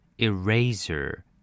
Eraser